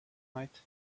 night